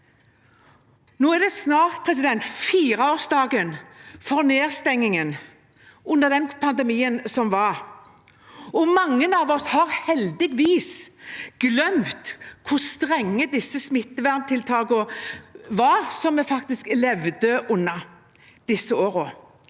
Nå er det snart fireårsdagen for nedstengingen under den pandemien som var. Mange av oss har heldigvis glemt hvor strenge smitteverntiltak det var vi faktisk levde